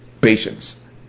patience